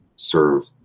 serve